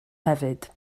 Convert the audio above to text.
hefyd